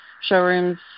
showrooms